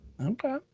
Okay